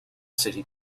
city